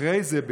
אחרי זה,